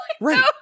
right